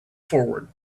forward